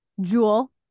Jewel